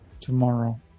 tomorrow